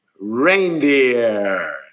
Reindeer